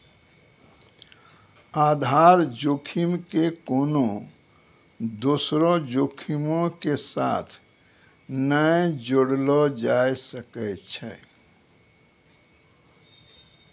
आधार जोखिम के कोनो दोसरो जोखिमो के साथ नै जोड़लो जाय सकै छै